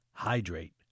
Hydrate